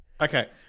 Okay